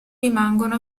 rimangono